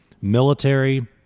Military